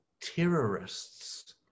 terrorists